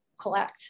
collect